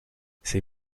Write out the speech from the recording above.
ces